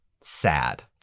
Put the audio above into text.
Sad